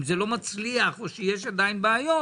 אם זה לא מצליח או שיש עדיין בעיות,